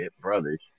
brothers